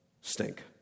stink